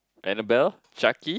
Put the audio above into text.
Anabella Jacky